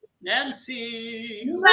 Nancy